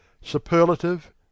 superlative